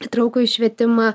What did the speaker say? įtrauktųjį švietimą